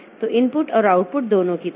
तो इनपुट और आउटपुट दोनों की तरह